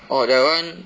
orh that [one]